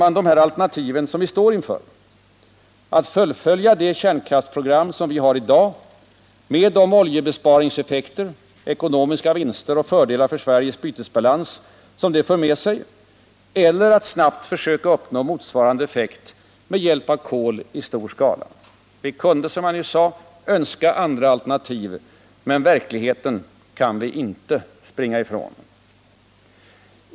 Det är dessa alternativ som vi står inför: att fullfölja det kärnkraftsprogram vi har i dag, med de oljebesparingseffekter, ekonomiska vinster och fördelar för Sveriges bytesbalans som detta för med sig, eller att snabbt försöka uppnå motsvarande effekt med hjälp av kol i stor skala. Vi kunde önska andra alternativ. Men verkligheten kan vi inte springa ifrån.